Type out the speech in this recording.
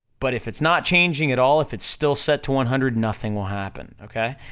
but if it's not changing at all, if it's still set to one hundred, nothing will happen, okay?